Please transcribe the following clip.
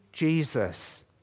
Jesus